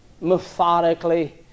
methodically